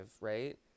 right